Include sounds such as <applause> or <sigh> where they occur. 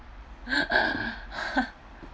<laughs>